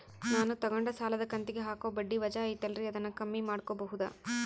ನಾನು ತಗೊಂಡ ಸಾಲದ ಕಂತಿಗೆ ಹಾಕೋ ಬಡ್ಡಿ ವಜಾ ಐತಲ್ರಿ ಅದನ್ನ ಕಮ್ಮಿ ಮಾಡಕೋಬಹುದಾ?